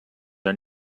are